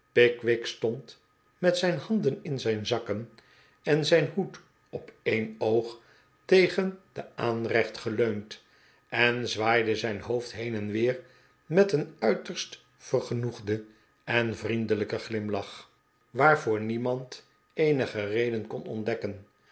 pickwick stond met zijn handen in zijn zakken en zijn hoed op een oog tegen de aanrecht geleund en zwaaide zijn hoofd heen en weer met een uiterst vergenoegden en vriendelijkeh glimlach waarvoor i a o o